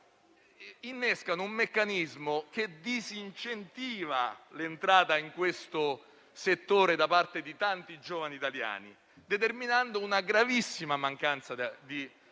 innescano un meccanismo che disincentiva l'entrata in questo settore da parte di tanti giovani italiani, determinando una gravissima mancanza di